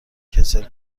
کسل